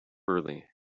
early